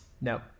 No